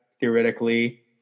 theoretically